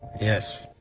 Yes